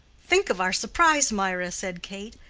think of our surprise, mirah, said kate.